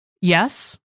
Yes